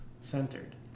centered